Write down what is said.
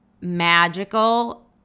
magical